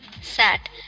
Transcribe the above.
sat